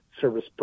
service